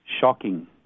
Shocking